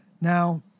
Now